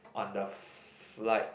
on the flight